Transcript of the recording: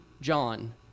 John